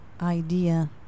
idea